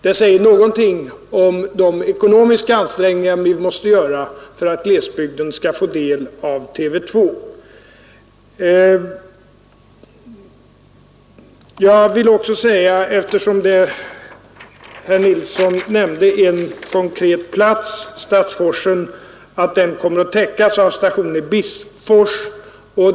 Detta säger någonting om de ekonomiska ansträngningar vi måste göra för att glesbygden skall få del av TV 2. Jag vill också säga — eftersom herr Nilsson nämnde den platsen — att Stadsforsen kommer att täckas av stationen Bispfors.